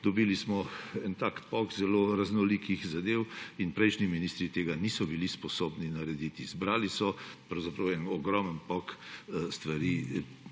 Dobili smo en tak paket zelo raznolikih zadev in prejšnji ministri tega niso bili sposobni narediti, zbrali so pravzaprav en ogromen paket stvari,